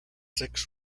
six